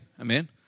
Amen